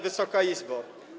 Wysoka Izbo!